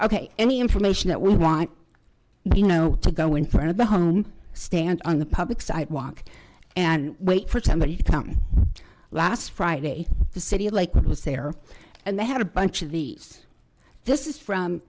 ok any information that we want you know to go in front of the home stand on the public sidewalk and wait for somebody to come in last friday the city like it was there and they had a bunch of these this is from